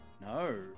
no